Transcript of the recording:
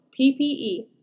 PPE